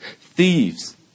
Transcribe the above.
thieves